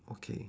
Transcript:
okay